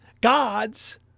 gods